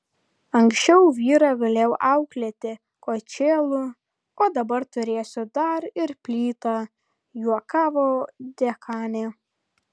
anksčiau vyrą galėjau auklėti kočėlu o dabar turėsiu dar ir plytą juokavo dekanė